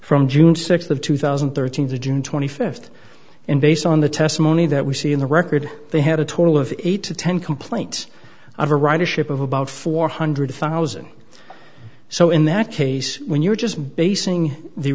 from june sixth of two thousand and thirteen to june twenty fifth and based on the testimony that we see in the record they had a total of eight to ten complaints of a ridership of about four hundred thousand so in that case when you're just basing